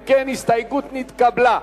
אם כן, ההסתייגות נתקבלה.